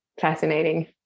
fascinating